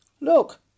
look